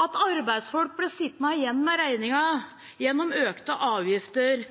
at arbeidsfolk ble sittende igjen med regningen gjennom økte avgifter